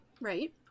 Right